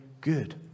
good